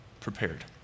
prepared